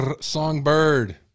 Songbird